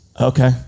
Okay